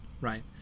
right